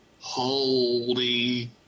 Holy